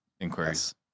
inquiries